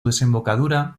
desembocadura